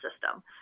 system